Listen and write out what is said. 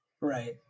right